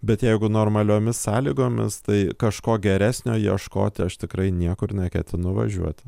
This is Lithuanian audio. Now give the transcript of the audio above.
bet jeigu normaliomis sąlygomis tai kažko geresnio ieškoti aš tikrai niekur neketinu važiuoti